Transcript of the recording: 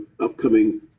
upcoming